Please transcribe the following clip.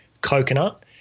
coconut